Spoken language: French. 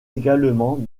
également